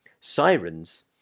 sirens